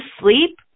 sleep